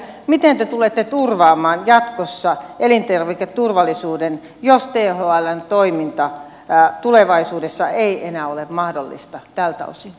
miten te tulette turvaamaan jatkossa elintarviketurvallisuuden jos thln toiminta tulevaisuudessa ei enää ole mahdollista tältä osin